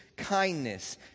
Kindness